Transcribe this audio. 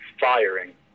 firing